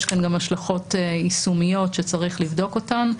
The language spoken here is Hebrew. יש לזה גם השלכות יישומיות שצריך לבדוק אותן.